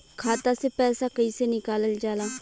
खाता से पैसा कइसे निकालल जाला?